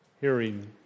hearing